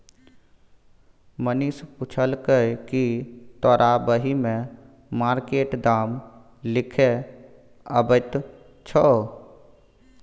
मनीष पुछलकै कि तोरा बही मे मार्केट दाम लिखे अबैत छौ